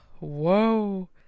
Whoa